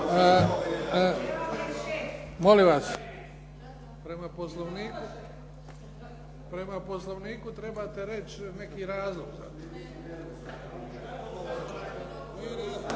Molim vas. Prema Poslovniku trebate reći neki razlog.